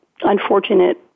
unfortunate